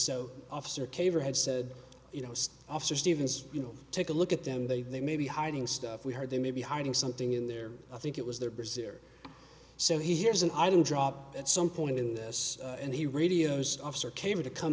so officer caver had said you know officer stevens you know take a look at them they may be hiding stuff we heard they may be hiding something in there i think it was they're busy or so he hears an item drop at some point in this and he radios officer came to come